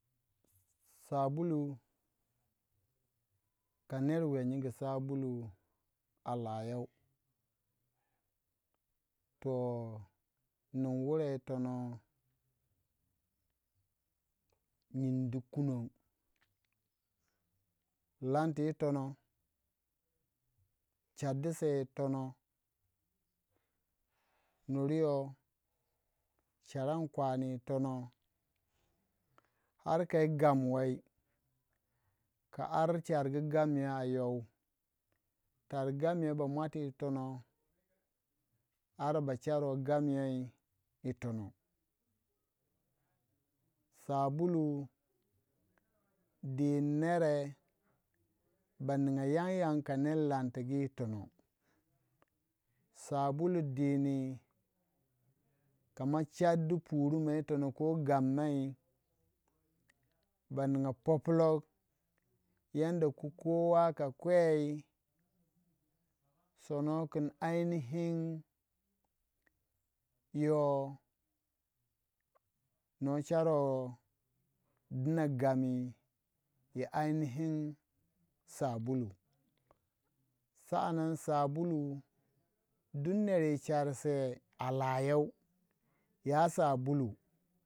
Sabulu kaner wiya nyingi sabulu a layou ton in nin wurei yitonoh nyin di kunong in lanti yitonah chardu sei yitonoh nur yoh charan kwani yitonoh har ka yi gam wai ka ari chargu gom yei a yoh tar gam yey ba mwati yi tonoh ara ba charo gam yei yi sabulu dini nere ba ninga yan yan ka ner lanti gu yi tonoh sabulu dini kama chardi puru moh yitonoh ko gammai ba ninga poplok yanda kowa ka kwoi sono kun ainihin yoh no charo dina gami yi ainihin sabulu sa'anan sabulu du neru chor sei a layau ya sabulu.